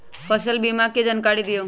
फसल बीमा के जानकारी दिअऊ?